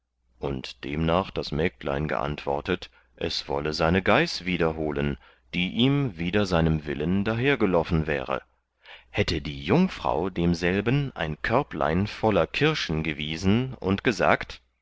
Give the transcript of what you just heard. und demnach das mägdlein geantwortet es wolle seine gaiß wieder holen die ihm wider seinem willen daher geloffen wäre hätte die jungfrau demselben ein körblein voller kirschen gewiesen und gesagt